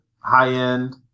high-end